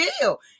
deal